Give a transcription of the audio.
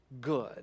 good